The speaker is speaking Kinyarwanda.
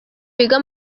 biga